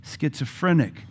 schizophrenic